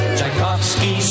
Tchaikovsky